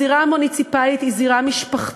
הזירה המוניציפלית היא זירה משפחתית,